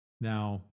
Now